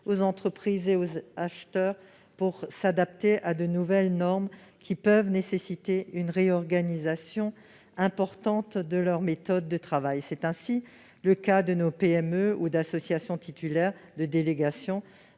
aux entreprises et aux acheteurs pour s'adapter à de nouvelles normes qui peuvent nécessiter une réorganisation importante de leurs méthodes de travail, notamment pour les PME ou les associations titulaires de délégation